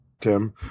Tim